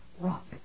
rock